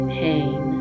pain